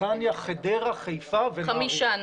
יש חמישה.